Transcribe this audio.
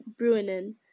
Bruinen